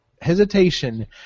hesitation